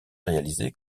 réalisé